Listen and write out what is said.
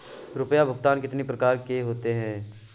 रुपया भुगतान कितनी प्रकार के होते हैं?